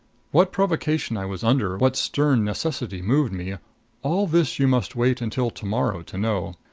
what provocation i was under, what stern necessity moved me all this you must wait until to-morrow to know.